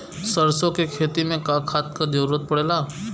सरसो के खेती में का खाद क जरूरत पड़ेला?